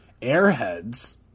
Airheads